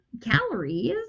calories